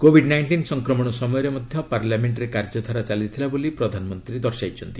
Covid nineteen ସଂକ୍ରମଣ ସମୟରେ ମଧ୍ୟ ପାର୍ଲାମେଣ୍ଟ୍ରେ କାର୍ଯ୍ୟଧାରା ଚାଲିଥିଲା ବୋଲି ପ୍ରଧାନମନ୍ତ୍ରୀ ଦର୍ଶାଇଛନ୍ତି